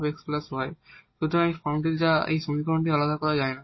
সুতরাং এই ফর্মটিতে দেওয়া এই সমীকরণটি আলাদা করা যায় না